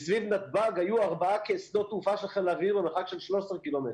וסביב נתב"ג היו ארבעה שדות תעופה של חיל האוויר במרחק של 13 ק"מ,